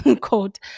quote